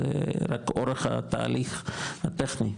זה רק אורך התהליך הטכני,